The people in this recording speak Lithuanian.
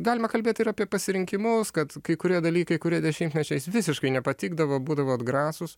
galima kalbėt ir apie pasirinkimus kad kai kurie dalykai kurie dešimtmečiais visiškai nepatikdavo būdavo atgrasūs